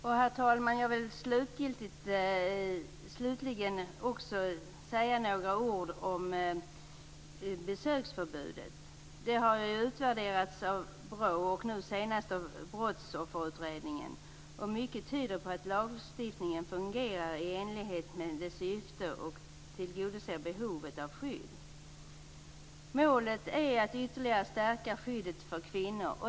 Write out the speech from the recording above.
Jag vill slutligen också säga några ord om besöksförbudet. Detta har utvärderats av BRÅ och nu senaste av Brottsofferutredningen. Mycket tyder på att lagstiftningen fungerar i enlighet med dess syfte och tillgodoser behovet av skydd. Målet är att ytterligare stärka skyddet för kvinnor.